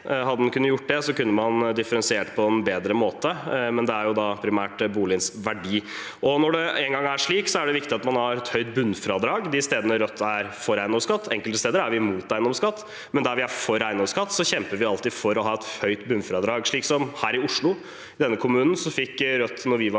Hadde den kunnet gjøre det, kunne man differensiert på en bedre måte, men det er jo primært boligens verdi det gjelder. Når det engang er slik, er det viktig at man har et høyt bunnfradrag de stedene Rødt er for eiendomsskatt. Enkelte steder er vi imot eiendomsskatt, men der vi er for eiendomsskatt, kjemper vi alltid for å ha et høyt bunnfradrag, slik som her i Oslo. I denne kommunen fikk Rødt gjennomslag for